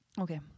okay